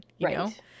Right